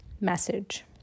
message